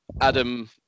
Adam